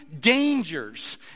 dangers